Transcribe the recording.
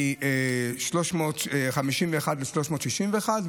מ-351 ל-361,